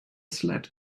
sled